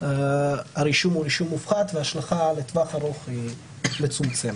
הרישום הוא רישום מופחת וההשלכה לטווח ארוך היא מצומצמת.